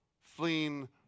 fleeing